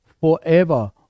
forever